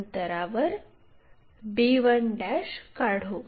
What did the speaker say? अंतरावर b1 काढू